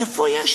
איפה יש?